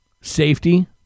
safety